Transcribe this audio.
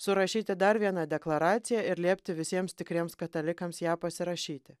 surašyti dar vieną deklaraciją ir liepti visiems tikriems katalikams ją pasirašyti